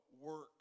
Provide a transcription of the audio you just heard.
work